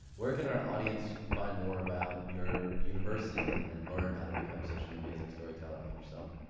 where can our audience find more about your university and and learn how to become such an amazing storyteller like yourself?